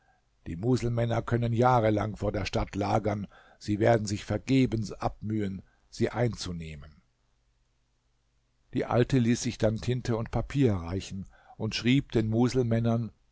die muselmänner können jahrelang vor der stadt lagern sie werden sich vergebens abmühen sie einzunehmen die alte ließ sich dann tinte und papier reichen und schrieb den muselmännern